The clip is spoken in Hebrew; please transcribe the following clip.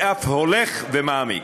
ואף הולך ומעמיק,